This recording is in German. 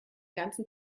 ganzen